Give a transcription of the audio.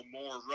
more